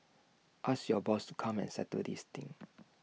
ask your boss to come and settle this thing